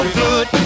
good